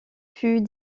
fut